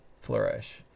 flourish